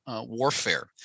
warfare